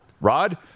Rod